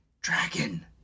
Dragon